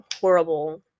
horrible